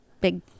big